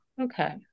okay